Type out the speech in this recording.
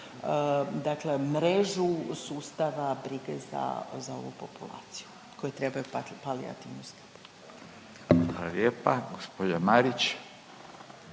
dakle mrežu sustava brige za, za ovu populaciju koji trebaju palijativnu skrb. **Radin, Furio